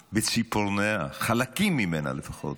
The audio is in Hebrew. בציפורניה, חלקים ממנה לפחות,